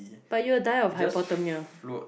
but you will die of hypothermia